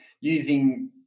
using